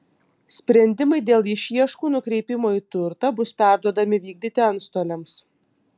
sprendimai dėl išieškų nukreipimo į turtą bus perduodami vykdyti antstoliams